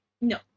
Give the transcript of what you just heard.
No